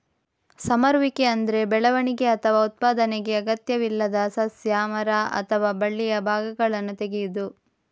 ಸಮರುವಿಕೆ ಅಂದ್ರೆ ಬೆಳವಣಿಗೆ ಅಥವಾ ಉತ್ಪಾದನೆಗೆ ಅಗತ್ಯವಿಲ್ಲದ ಸಸ್ಯ, ಮರ ಅಥವಾ ಬಳ್ಳಿಯ ಭಾಗಗಳನ್ನ ತೆಗೆಯುದು